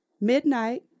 midnight